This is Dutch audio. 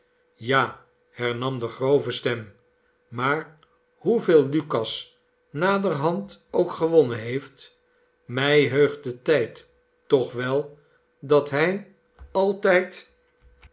ja hernam de grove stem maar hoeveel lucas naderhand ook gewonnen heeft mij heugt de tijd toch wel dat hij altijd